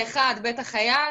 האחד בית החייל